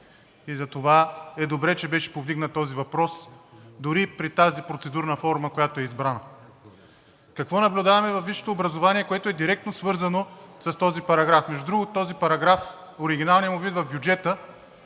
Затова е добре, че беше повдигнат този въпрос, дори при тази процедурна форма, която е избрана. Какво наблюдаваме във висшето образование, което е директно свързано с този параграф? Между другото, този параграф, оригиналният му вид в бюджета,